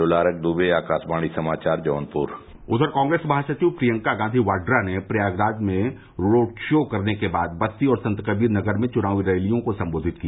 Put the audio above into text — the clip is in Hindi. लोलारक द्वे जौनपुर उधर कांग्रेस महासचिव प्रियंका गांधी वाड्रा ने प्रयागराज में रोड शो करने के बाद बस्ती और संतकबीर नगर में चुनावी रैलियों को संबोधित किया